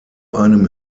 einem